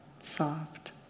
Soft